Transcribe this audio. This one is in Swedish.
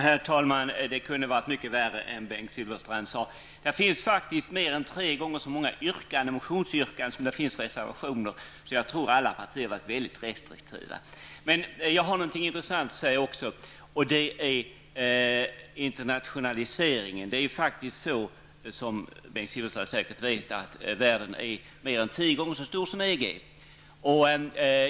Herr talman! Det kunde ha varit mycket värre än vad Bengt Silfverstrand sade. Det finns faktiskt mer än tre gånger så många motionsyrkanden som det finns reservationer, och jag tror alltså att alla partier varit mycket restriktiva. Jag har någonting intressant att säga, och det gäller internationaliseringen. Som Bengt Silfverstrand säkerligen vet är världen mer än tio gånger så stor som EG.